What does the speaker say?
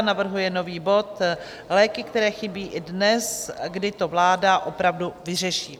Navrhuje nový bod Léky, které chybí i dnes, kdy to vláda opravdu vyřeší?